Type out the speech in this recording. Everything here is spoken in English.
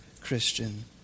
Christian